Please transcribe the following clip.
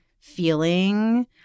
feeling